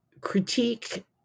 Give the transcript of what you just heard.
critique